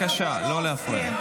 לכבוד.